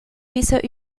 bisher